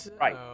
Right